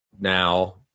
now